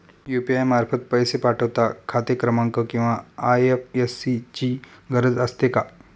UPI मार्फत पैसे पाठवता खाते क्रमांक किंवा आय.एफ.एस.सी ची गरज असते का?